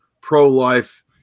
pro-life